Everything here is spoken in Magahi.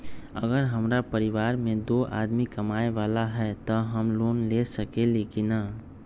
अगर हमरा परिवार में दो आदमी कमाये वाला है त हम लोन ले सकेली की न?